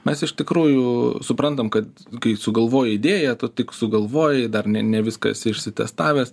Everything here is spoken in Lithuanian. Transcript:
mes iš tikrųjų suprantam kad kai sugalvoji idėją tu tik sugalvoji dar ne ne viską esi išsitestavęs